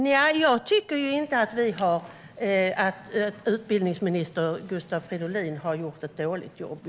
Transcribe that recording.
Nja, jag tycker inte att utbildningsminister Gustav Fridolin har gjort ett dåligt jobb.